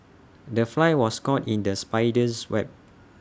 the fly was caught in the spider's web